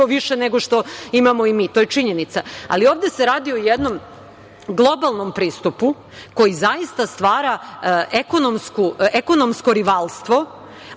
više što imamo i mi. To je činjenica. Ovde se radi o jednom globalnom pristupu koji zaista stvara ekonomsko rivalstvo,